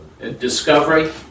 discovery